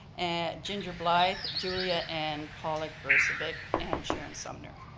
and ginger blythe, julia and paula gersovic, and sharon sumner.